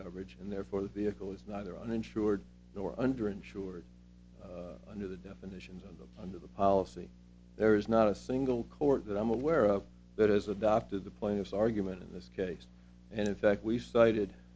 coverage and therefore the vehicle is neither uninsured nor under insured under the definitions of them under the policy there is not a single court that i'm aware of that has adopted the plaintiff's argument in this case and in fact we cited